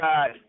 God